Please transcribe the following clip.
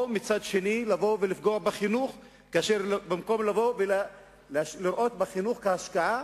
או מצד אחר לבוא ולפגוע בחינוך במקום לראות בחינוך השקעה,